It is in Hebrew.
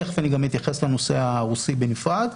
ותיכף אני גם אתייחס לנושא הרוסי בנפרד.